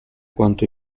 quanto